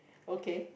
okay